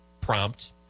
prompt